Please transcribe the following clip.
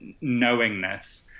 knowingness